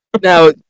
Now